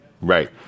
Right